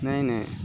نہیں نہیں